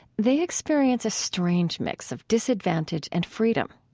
they experience a strange mix of disadvantage and freedom.